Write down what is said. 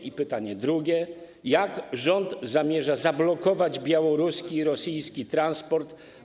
I pytanie drugie: Jak rząd zamierza zablokować białoruski i rosyjski transport?